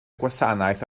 gwasanaeth